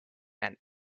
and